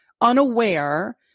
unaware